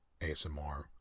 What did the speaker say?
ASMR